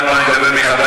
כמה אנשים יש פה?